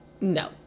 no